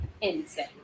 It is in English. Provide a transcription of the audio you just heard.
insane